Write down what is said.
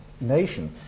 nation